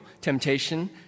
temptation